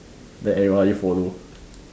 that everybody follow